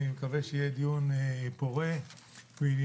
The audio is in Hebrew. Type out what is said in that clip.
אני מקווה שיהיה דיון פורה וענייני.